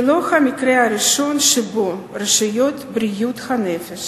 זה לא המקרה הראשון שבו רשויות בריאות הנפש